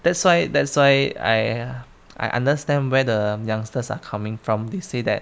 that's why that's why I I understand where the youngsters are coming from they say that